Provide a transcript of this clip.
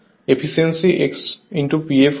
efficiency x P fl লেখা যায়